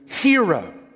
hero